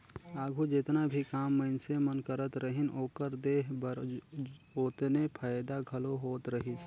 आघु जेतना भी काम मइनसे मन करत रहिन, ओकर देह बर ओतने फएदा घलो होत रहिस